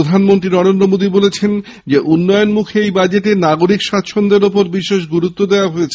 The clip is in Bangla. প্রধানমন্ত্রী বলেছেন উন্নয়নমুখী এই বাজেট নাগরিক স্বাচ্ছন্দ্যের উপর বিশেষ গুরুত্ব দেওয়া হয়েছে